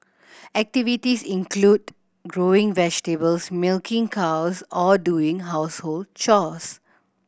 activities include growing vegetables milking cows or doing household chores